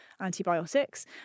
antibiotics